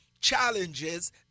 challenges